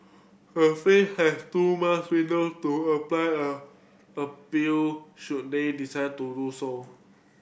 the firm has two month window to a flyer a appeal should they decide to do so